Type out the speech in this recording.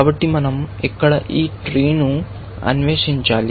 కాబట్టి మనం ఇక్కడ ఈ ట్రీను అన్వేషించాలి